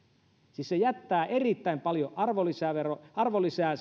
siis se jättää erittäin paljon arvonlisää